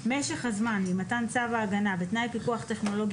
משך הזמן ממתן צו ההגנה בתנאי פיקוח טכנולוגי